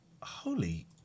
holy